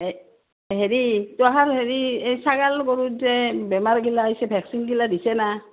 হেৰি তহাল হেৰি এই ছাগাল গৰু যে বেমাৰগিলাছে ভেকচিনগিলা দিছেনা